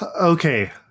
Okay